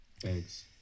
Thanks